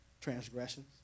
transgressions